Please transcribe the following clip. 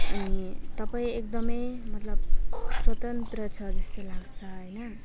अनि तपाईँ एकदमै मतलब स्वतन्त्र छ जस्तो लाग्छ हैन